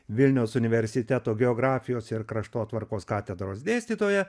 vilniaus universiteto geografijos ir kraštotvarkos katedros dėstytoja